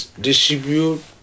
distribute